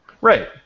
Right